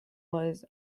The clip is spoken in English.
was